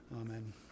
amen